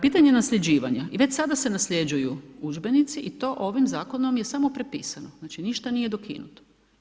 Pitanje nasljeđivanja i već sada se nasljeđuju udžbenici i to ovim zakonom je samo prepisano, znači ništa nije dokinuto.